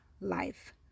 life